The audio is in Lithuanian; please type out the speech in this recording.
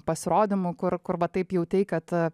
pasirodymų kur kur va taip jautei kad